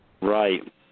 Right